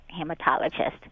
hematologist